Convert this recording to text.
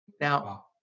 Now